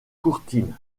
courtine